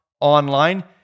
online